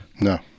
No